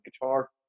guitar